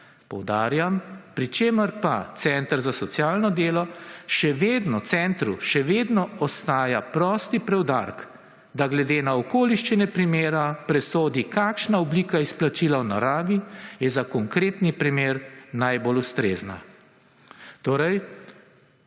poudarjam, pri čemer pa center za socialno delo še vedno centru, še vedno ostaja prosti preudarek, da glede na okoliščine primera presodi kakšna oblika izplačila v naravi je za konkretni primer najbolj ustrezna. Torej